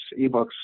eBooks